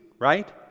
right